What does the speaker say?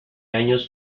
años